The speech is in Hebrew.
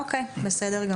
נירה, בבקשה.